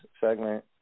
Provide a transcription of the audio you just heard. segment